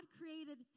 created